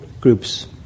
groups